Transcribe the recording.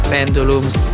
Pendulum's